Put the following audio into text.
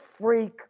freak